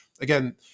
again